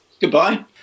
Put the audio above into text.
Goodbye